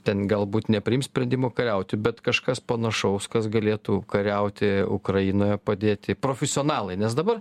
ten galbūt nepriims sprendimo kariauti bet kažkas panašaus kas galėtų kariauti ukrainoje padėti profesionalai nes dabar